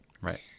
Right